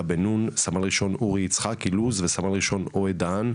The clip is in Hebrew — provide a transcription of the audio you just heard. בן נון; סמל ראשון אורי יצחק אילוז; וסמל ראשון אוהד דהן,